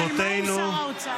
רבותינו --- ומה עם שר האוצר?